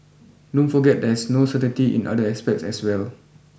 don't forget there's no certainty in other aspects as well